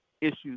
issues